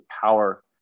power